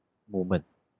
moment